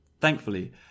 Thankfully